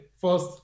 first